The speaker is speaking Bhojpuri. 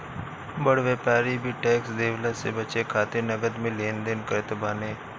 बड़ व्यापारी भी टेक्स देवला से बचे खातिर नगद में लेन देन करत बाने